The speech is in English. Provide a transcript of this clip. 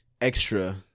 extra